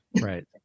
Right